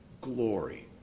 glory